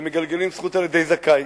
ומגלגלים זכות על-ידי זכאי,